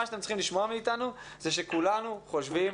שאתם צריכים לשמוע מאיתנו זה שכולנו חושבים,